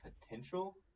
potential